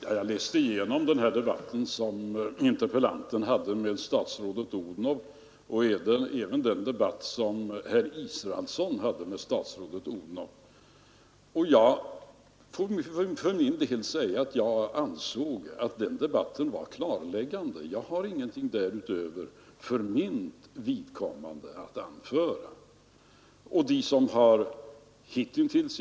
Herr talman! Jag har läst igenom debatten mellan interpellanten och statsrådet Odhnoff och även debatten mellan herr Israelsson och statsrådet Odhnoff, och jag anser för min del att den debatten var klarläggande. Jag har för mitt vidkommande ingenting därutöver att anföra.